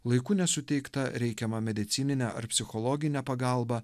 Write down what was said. laiku nesuteiktą reikiamą medicininę ar psichologinę pagalbą